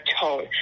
tone